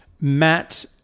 Matt